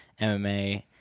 MMA